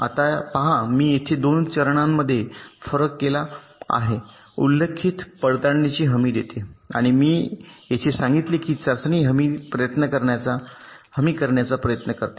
आता पहा मी येथे दोन चरणांमध्ये फरक केला आहे उल्लेखित पडताळणीची हमी देते आणि येथे मी सांगितले की चाचणी हमी करण्याचा प्रयत्न करते